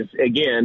Again